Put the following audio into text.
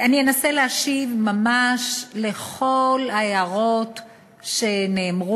אני אנסה להשיב ממש על כל ההערות שנאמרו,